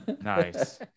Nice